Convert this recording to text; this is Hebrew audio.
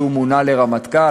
כשהוא מונה לרמטכ"ל?